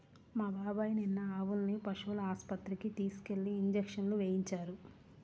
మా బాబాయ్ నిన్న ఆవుల్ని పశువుల ఆస్పత్రికి తీసుకెళ్ళి ఇంజక్షన్లు వేయించారు